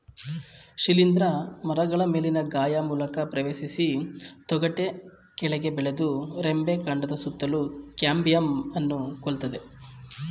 ಶಿಲೀಂಧ್ರ ಮರಗಳ ಮೇಲಿನ ಗಾಯ ಮೂಲಕ ಪ್ರವೇಶಿಸಿ ತೊಗಟೆ ಕೆಳಗೆ ಬೆಳೆದು ರೆಂಬೆ ಕಾಂಡದ ಸುತ್ತಲೂ ಕ್ಯಾಂಬಿಯಂನ್ನು ಕೊಲ್ತದೆ